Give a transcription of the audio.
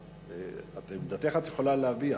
את עמדתך את יכולה להביע,